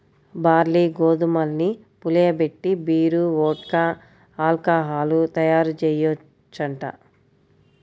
barley, గోధుమల్ని పులియబెట్టి beer, vodka, alcohol తయ్యారుజెయ్యొచ్చంట